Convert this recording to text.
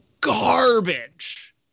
garbage